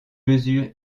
mesure